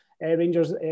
Rangers